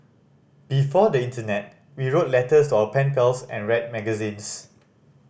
before the internet we wrote letters to our pen pals and read magazines